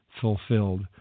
fulfilled